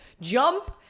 jump